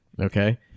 Okay